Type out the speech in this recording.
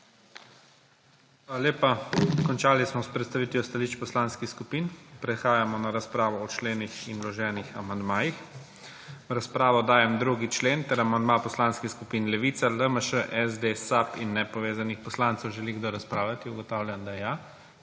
Hvala lepa. Končali smo s predstavitvijo stališč poslanskih skupin. Prehajamo na razpravo o členih in vloženih amandmajih. V razpravo dajem 2. člen ter amandma poslanskih skupin Levica, LMŠ, SD, SAB in Nepovezanih poslancih. Želi kdo razpravljati? Ugotavljam, da ja.